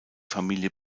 familie